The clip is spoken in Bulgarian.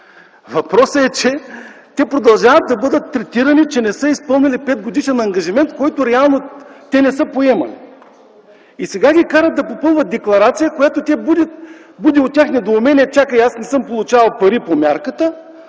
Въпросът е, че те продължават да бъдат третирани, че не са изпълнили петгодишен ангажимент, който реално не са поемали. И сега ги карат да попълват декларации, което буди у тях недоумение: „Чакай, аз не съм получавал пари по мярката,